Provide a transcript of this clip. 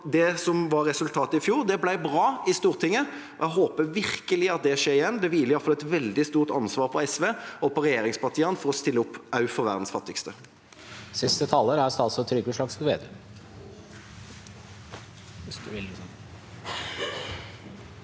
det som var resultatet i fjor, ble bra i Stortinget. Jeg håper virkelig at det skjer igjen. Det hviler iallfall et veldig stort ansvar på SV og på regjeringspartiene for å stille opp også for verdens fattigste.